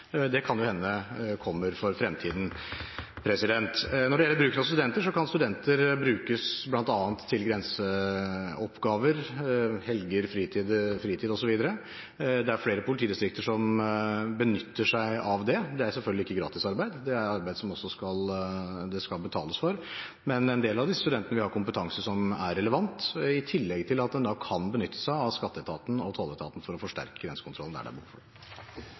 det kan jo hende det kommer i fremtiden. Når det gjelder studenter, kan de brukes til bl.a. grenseoppgaver – i helger, fritid osv. Det er flere politidistrikter som benytter seg av det. Det er selvfølgelig ikke gratisarbeid, det er arbeid som det skal betales for. Men en del av disse studentene vil ha kompetanse som er relevant, i tillegg til at en kan benytte seg av skatteetaten og tolletaten for å forsterke grensekontrollen der det er behov for det.